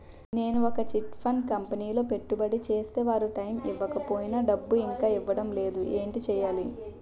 నేను ఒక chit fund కంపెనీలో పెట్టుబడి చేస్తే వారు టైమ్ ఇవ్వకపోయినా డబ్బు ఇంకా ఇవ్వడం లేదు ఏంటి చేయాలి?